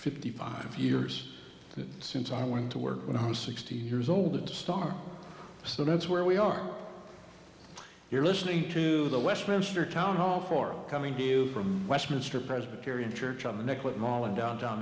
fifty five years since i went to work when i was sixteen years old at the start so that's where we are you're listening to the westminster town hall forum coming to you from westminster presbyterian church on the neck with mall in downtown